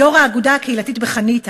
כיו"ר האגודה הקהילתית בחניתה.